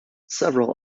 several